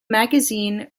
magazine